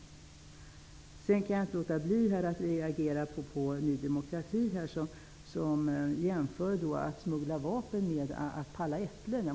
Sedan kan jag inte låta bli att reagera på att Ny demokrati jämför att smuggla vapen med att palla äpplen.